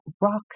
rocks